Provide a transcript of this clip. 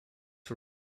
for